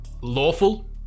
lawful